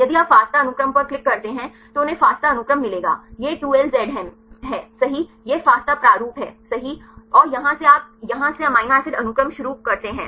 यदि आप FASTA अनुक्रम पर क्लिक करते हैं तो उन्हें FASTA अनुक्रम मिलेगा यह 2LZM है सही यह FASTA प्रारूप है सही और यहाँ से आप यहाँ से अमीनो एसिड अनुक्रम शुरू करते हैं